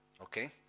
Okay